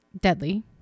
deadly